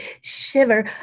shiver